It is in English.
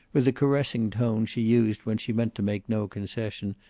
with the caressing tone she used when she meant to make no concession.